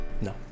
No